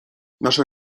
nasze